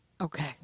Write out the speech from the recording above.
okay